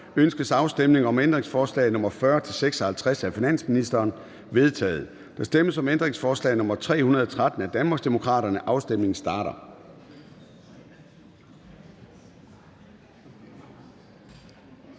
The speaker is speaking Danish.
Ønskes afstemning om ændringsforslag nr. 101 af finansministeren? Det er vedtaget. Der stemmes om ændringsforslag nr. 317 af Danmarksdemokraterne. Afstemningen starter.